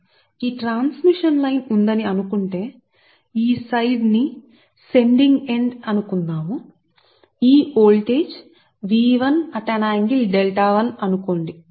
మీకు ఈ పంపుతున్న ట్రాన్స్మిషన్ లైన్ ఉందని ఈ సైడ్ ని సెండింగ్ ఎండ్ అనుకుందాం సెండింగ్ ఎండ్ ఈ వోల్టేజ్ అనుకోండి